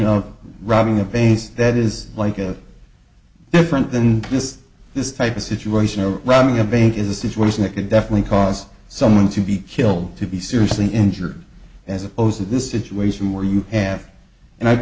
of robbing a base that is like a different than this this type of situation or robbing a bank is a situation that could definitely cause someone to be killed to be seriously injured as opposed to this situation where you have and i